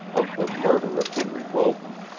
of the murder of henry wilton,